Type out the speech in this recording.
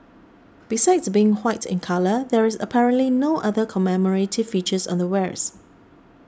besides being white in colour there is apparently no other commemorative features on the wares